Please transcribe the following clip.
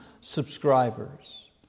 subscribers